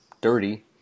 dirty